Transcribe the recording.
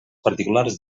particulars